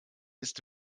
ist